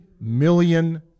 million